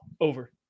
Over